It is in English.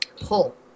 pull